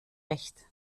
recht